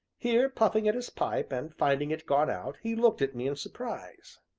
here, puffing at his pipe, and finding it gone out, he looked at me in surprise.